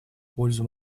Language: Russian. пользу